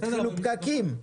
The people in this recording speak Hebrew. התחילו פקקים,